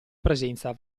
presenza